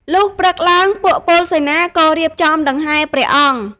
លុះព្រឹកឡើង ពួកពលសេនាក៏រៀបចំដង្ហែព្រះអង្គ។